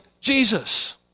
Jesus